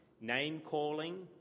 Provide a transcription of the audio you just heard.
name-calling